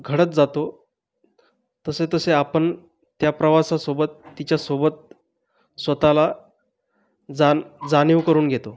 घडत जातो तसे तसे आपण त्या प्रवासासोबत तिच्यासोबत स्वतःला जाण जाणीव करून घेतो